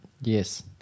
Yes